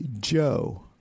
Joe